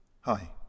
Hi